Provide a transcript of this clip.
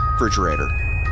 refrigerator